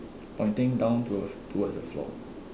pointing down to towards the floor